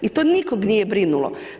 I to nikoga nije brinulo.